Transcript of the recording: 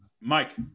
Mike